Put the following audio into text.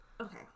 Okay